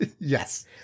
Yes